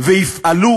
ויפעלו